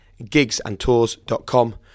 gigsandtours.com